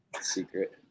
secret